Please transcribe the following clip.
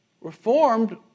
Reformed